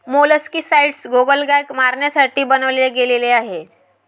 molluscicides गोगलगाय मारण्यासाठी बनवले गेले आहे